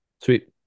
Sweet